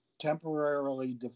temporarily